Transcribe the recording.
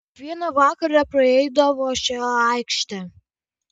kiekvieną vakarą praeidavo šia aikšte